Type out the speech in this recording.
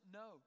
no